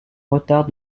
retard